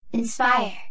Inspire